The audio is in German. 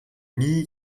nie